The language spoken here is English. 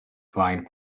find